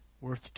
worth